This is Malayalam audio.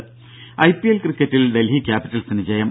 ദര ഐ പി എൽ ക്രിക്കറ്റിൽ ഡൽഹി ക്യാപിറ്റൽസിന് ജയം